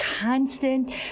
constant